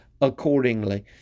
accordingly